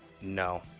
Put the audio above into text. No